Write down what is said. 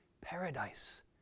paradise